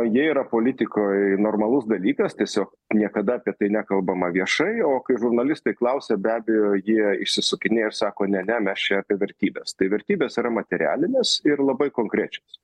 jie yra politikoj normalus dalykas tiesiog niekada apie tai nekalbama viešai o kai žurnalistai klausia be abejo jie išsisukinėja sako ne ne mes čia apie vertybes tai vertybės yra materialinės ir labai konkrečios